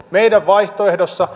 meidän vaihtoehdossamme